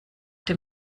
dem